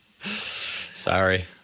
Sorry